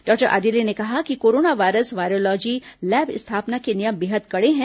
doctor Adile ने कहा कि कोरोना वायरस वायरोलॉजी लैब स्थापना के नियम बेहद कड़े हैं